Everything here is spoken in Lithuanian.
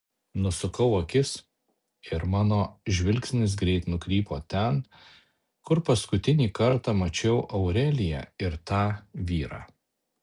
nusukau akis ir mano žvilgsnis greit nukrypo ten kur paskutinį kartą mačiau aureliją ir tą vyrą